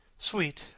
sweet,